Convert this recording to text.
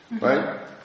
Right